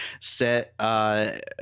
set –